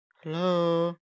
Hello